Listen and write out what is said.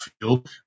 field